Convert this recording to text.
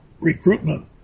recruitment